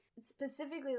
specifically